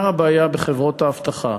הבעיה היא בעיקר בחברות האבטחה,